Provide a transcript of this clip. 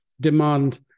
demand